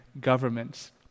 governments